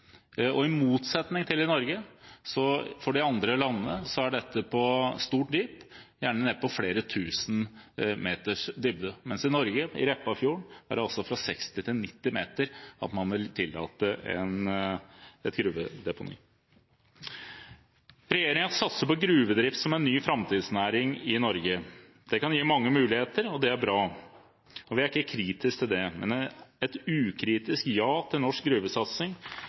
I motsetning til Norge har de andre landene deponier på stort dyp, gjerne ned til flere tusen meters dybde. I Norge, i Repparfjorden, vil man altså tillate et gruvedeponi på 60 til 90 meters dyp. Regjeringen satser på gruvedrift som en ny framtidsnæring i Norge. Det kan gi mange muligheter. Det er bra, og vi er ikke kritiske til det, men et ukritisk ja til norsk gruvesatsing